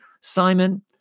Simon